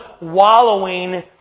wallowing